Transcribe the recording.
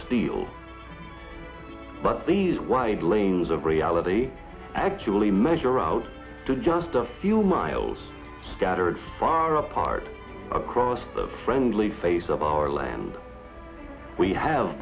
steel but these wide lanes of reality actually measure out to just a few miles scattered far apart across the friendly face of our land we have